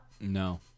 No